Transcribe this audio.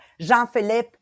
Jean-Philippe